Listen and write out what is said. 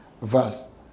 verse